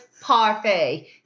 parfait